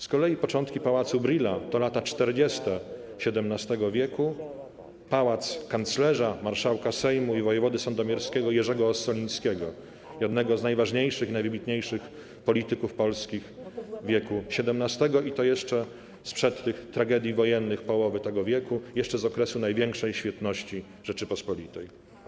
Z kolei początki Pałacu Brühla to lata 40. XVII w. - to pałac kanclerza, marszałka Sejmu i wojewody sandomierskiego Jerzego Ossolińskiego, jednego z najważniejszych, najwybitniejszych polityków polskich wieku XVII, i to jeszcze sprzed tragedii wojennych połowy tego wieku, jeszcze z okresu największej świetności Rzeczypospolitej.